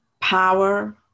power